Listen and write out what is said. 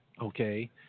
okay